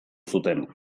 zuten